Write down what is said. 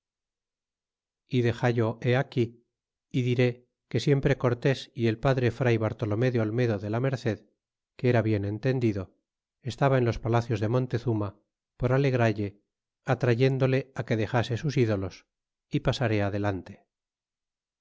he aquí y diré que siempre cortés y el padre fray bartolomé de olmedo de la merced que era bien entendido estaba enlos palacios de montezuma por alegralle atrayéndole que dexase sus ídolos y pasaré adelante